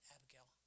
Abigail